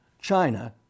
China